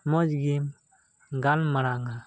ᱢᱚᱡᱽ ᱜᱮᱢ ᱜᱟᱞᱢᱟᱨᱟᱣᱟ